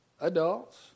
adults